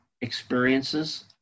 experiences